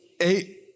Eight